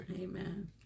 Amen